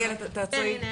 איילת תעצרי,